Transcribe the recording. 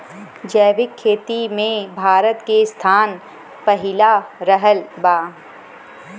जैविक खेती मे भारत के स्थान पहिला रहल बा